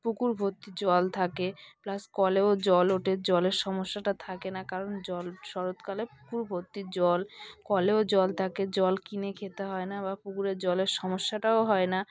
পুকুর ভর্তি জল থাকে প্লাস কলেও জল ওঠে জলের সমস্যাটা থাকে না কারণ জল শরৎকালে পুরো ভর্তি জল কলেও জল থাকে জল কিনে খেতে হয় না বা পুকুরে জলের সমস্যাটাও হয় না